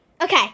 Okay